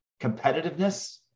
competitiveness